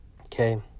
okay